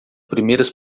primeiras